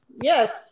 Yes